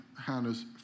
Hannah's